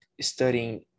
studying